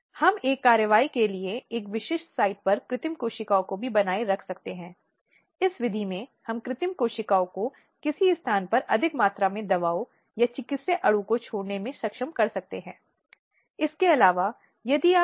अगली श्रेणी या लिंग हिंसा का प्रकार जो भावनात्मक है या जो हम दूसरे समय में कह सकते हैं वह मनोवैज्ञानिक है